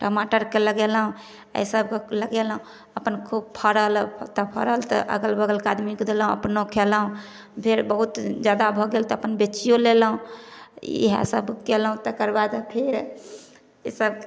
टमाटर कऽ लगेलहुॅं एहि सभके लगेलहुॅं अपन खूब फड़ल तऽ फड़ल तऽ अगल बगलके आदमीके देलहुॅं अपनो खेलहुॅं फेर बहुत ज्यादा भऽ गेल तऽ अपन बेचियौ लेलौ इहे सभ केलौ तकर बाद फेर ई सभ